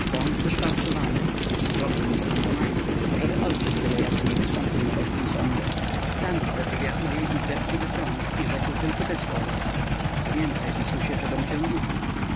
wąs wyszwarcowany zrobił mu to p domański ażeby ojciec bylejako nie wystąpił na boskim sądzie stanął we drzwiach mojej izdebki we front i rzekł tylko te słowa pamiętaj wisusie czegom cię uczył